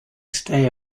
stay